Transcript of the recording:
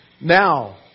Now